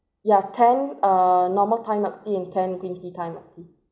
yeah ten uh normal thai milk tea and ten green tea thai milk tea